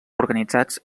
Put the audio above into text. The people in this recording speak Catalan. organitzats